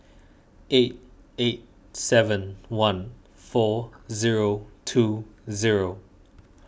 eight eight seven one four zero two zero